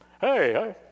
Hey